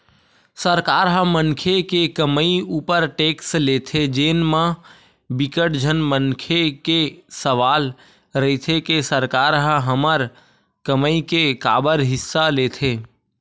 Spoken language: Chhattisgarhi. सरकार ह मनखे के कमई उपर टेक्स लेथे जेन म बिकट झन मनखे के सवाल रहिथे के सरकार ह हमर कमई के काबर हिस्सा लेथे